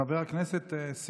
חבר הכנסת סימון